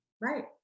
Right